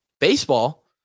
Baseball